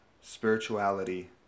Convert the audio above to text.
spirituality